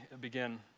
begin